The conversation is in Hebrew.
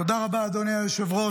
תודה רבה, אדוני היושב-ראש.